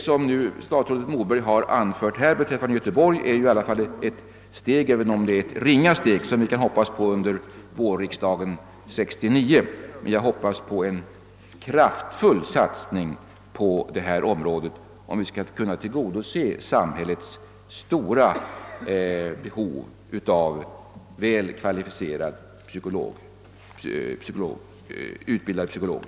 Vad statsrådet Moberg anfört beträffande Göteborg inger förhoppningen att vi under vårriksdagen 1969 kan ta ett steg på vägen, även om det steget blir litet. Jag hoppas på en kraftfull satsning på detta område för att vi skall kunna tillgodose samhällets stora behov av kvalificerade och väl utbildade psykologer.